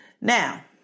Now